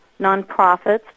nonprofits